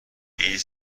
این